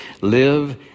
live